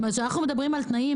כשאנחנו מדברים על תנאים,